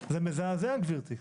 זה מזעזע, גברתי.